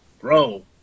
Bro